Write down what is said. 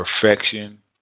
perfection